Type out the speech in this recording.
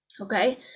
Okay